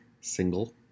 single